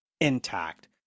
intact